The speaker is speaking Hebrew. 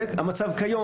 זה המצב כיום.